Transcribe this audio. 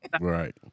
Right